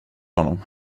honom